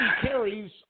carries